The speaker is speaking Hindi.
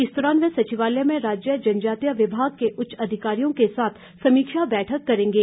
इस दौरान वह संचिवालय में राज्य जनजातीय विभाग के उच्च अधिकारियों के साथ समीक्षा बैठक करेंगे